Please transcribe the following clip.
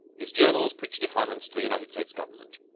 his journals preach defiance to the united states government,